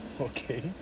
Okay